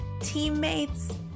teammates